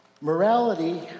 Morality